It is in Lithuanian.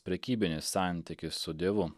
prekybinis santykis su dievu